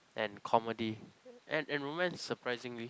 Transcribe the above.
and comedy and and romance surprisingly